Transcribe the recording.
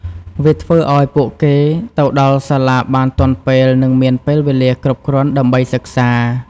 វាធ្វើឱ្យពួកគេទៅដល់សាលាបានទាន់ពេលនិងមានពេលវេលាគ្រប់គ្រាន់ដើម្បីសិក្សា។